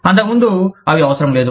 అంతకుముందు అవి అవసరం లేదు